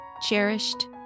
cherished